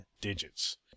digits